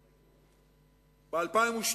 ב-2002,